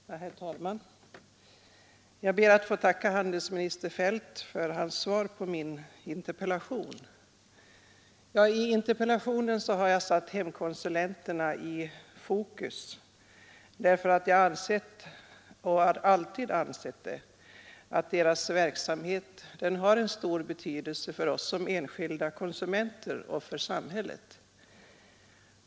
Herr talman! Jag ber att få tacka handelsminister Feldt för svaret på min interpellation. I interpellationen har jag satt hemkonsulenterna i fokus därför att jag anser och alltid har ansett att deras verksamhet har stor betydelse för oss som enskilda konsumenter och för samhället.